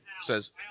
says